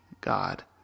God